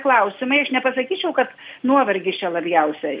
klausimai aš nepasakyčiau kad nuovargis čia labiausiai